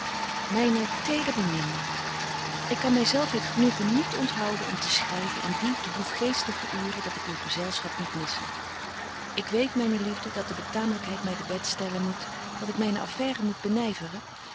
tederbeminde ik kan my zelf het genoegen niet onthouden om te schryven in die droefgeestige uuren dat ik uw gezelschap moet missen ik weet myne liefde dat de betaamlykheid my de wet stellen moet dat ik myne affaire moet benyveren